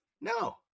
No